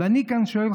ואני כאן שואל,